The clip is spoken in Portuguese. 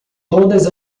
todas